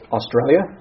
Australia